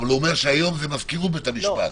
הוא אומר שהיום זה מזכירות בתי המשפט.